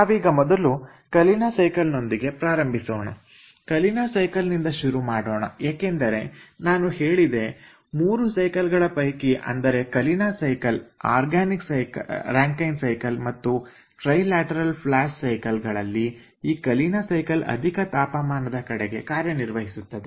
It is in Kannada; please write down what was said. ನಾವೀಗ ಮೊದಲು ಕಲಿನ ಸೈಕಲ್ ನೊಂದಿಗೆ ಪ್ರಾರಂಭಿಸೋಣ ಕಲಿನ ಸೈಕಲ್ ನಿಂದ ಶುರು ಮಾಡೋಣ ಏಕೆಂದರೆ ನಾನು ಹೇಳಿದೆ ಮೂರು ಸೈಕಲ್ ಗಳ ಪೈಕಿ ಅಂದರೆ Kalina cycle organic Rankine cycle ಮತ್ತು ಟ್ರೈ ಲ್ಯಾಟರಲ್ ಫ್ಲಾಶ್ ಸೈಕಲ್ ಗಳಲ್ಲಿ ಈ ಕಲಿನ ಸೈಕಲ್ ಅಧಿಕ ತಾಪಮಾನದ ಕಡೆಗೆ ಕಾರ್ಯನಿರ್ವಹಿಸುತ್ತದೆ